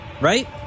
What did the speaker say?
right